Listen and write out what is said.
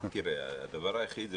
הדבר היחיד זה